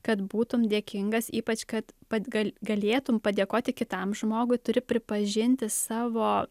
kad būtum dėkingas ypač kad pat gal galėtum padėkoti kitam žmogui turi pripažinti savo